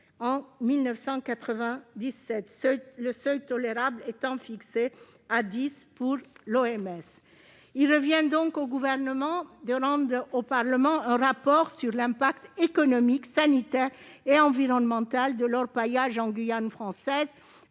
cheveu, le seuil tolérable fixé par l'OMS étant de 10 microgrammes. Il revient donc au Gouvernement de rendre au Parlement un rapport sur l'impact économique, sanitaire et environnemental de l'orpaillage en Guyane française,